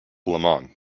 lemon